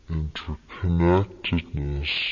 interconnectedness